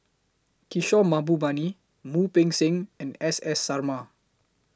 Kishore Mahbubani Wu Peng Seng and S S Sarma